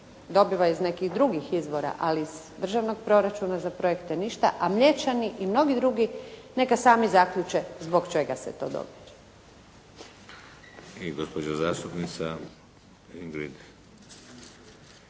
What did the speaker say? dobivaju iz nekih drugih izvora, ali iz državnog proračuna za projekte ništa, a Mlječani i mnogi drugi neka sami zaključe zbog čega se to događa. **Šeks, Vladimir